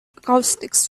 acoustics